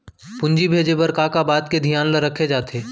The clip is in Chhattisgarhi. पूंजी भेजे बर का का बात के धियान ल रखे जाथे?